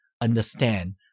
understand